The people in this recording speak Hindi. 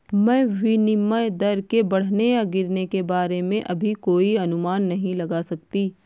मैं विनिमय दर के बढ़ने या गिरने के बारे में अभी कोई अनुमान नहीं लगा सकती